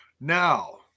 Now